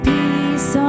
Peace